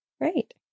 Great